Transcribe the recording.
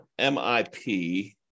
MIP